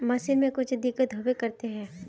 Machine में कुछ दिक्कत होबे करते है?